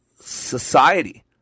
society